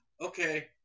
Okay